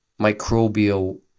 microbial